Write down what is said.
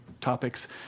topics